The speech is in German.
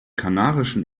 kanarischen